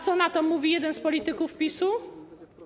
Co na to mówi jeden z polityków PiS-u?